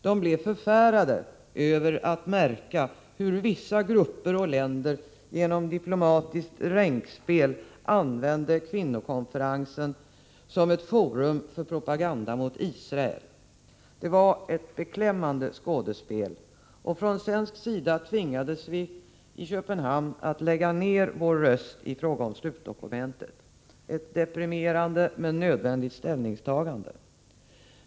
De blev förfärade över att märka hur vissa grupper och länder genom diplomatiskt ränkspel använde kvinnokonferensen som ett forum för propaganda mot Israel. Det var ett beklämmande skådespel, och från svensk sida tvingades vi i Köpenhamn att lägga ned vår röst i fråga om slutdokumentet — ett deprimerande men nödvändigt ställningstagande.